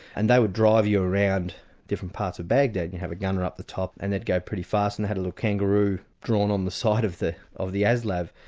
and they would drive you around different parts of baghdad. we have a gunner up the top, and they'd go pretty fast and had a little kangaroo drawn on the side of the of the aslav.